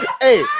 Hey